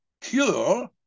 cure